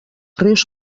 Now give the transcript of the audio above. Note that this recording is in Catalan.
rius